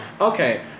Okay